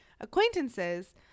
acquaintances